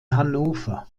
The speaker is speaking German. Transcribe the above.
hannover